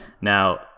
Now